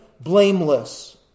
blameless